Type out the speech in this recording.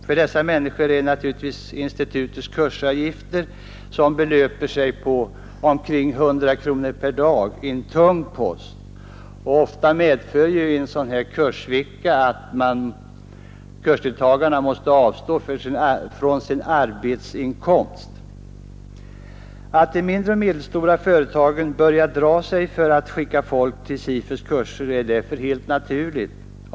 För dessa människor är institutets kursavgifter, ca 100 kronor per dag, en tung post, och ofta medför en kursvecka ett bortfall av arbetsinkomst. Att de mindre och medelstora företagen börjar dra sig för att skicka folk till SIFU:s kurser är därför helt naturligt.